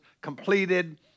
completed